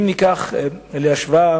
אם ניקח להשוואה